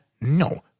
No